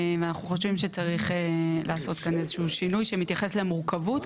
ואנחנו חושבים שצריך להיעשות כאן איזשהו שינוי שמתייחס למורכבות,